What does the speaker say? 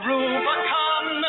Rubicon